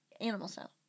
animal-style